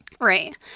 Right